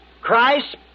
Christ